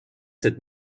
cette